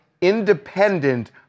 independent